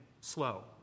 slow